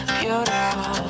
beautiful